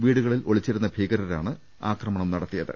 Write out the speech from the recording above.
വീടുകളിൽ ഒളിച്ചിരുന്ന ഭീകരരാണ് ആക്രമണം നടത്തിയത്